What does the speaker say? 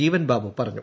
ജീവൻബാബു പറഞ്ഞു